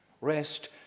Rest